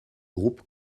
groupe